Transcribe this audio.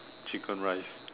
chicken rice